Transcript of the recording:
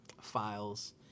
files